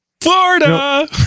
Florida